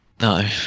no